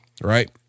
Right